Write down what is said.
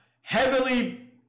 Heavily